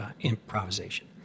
improvisation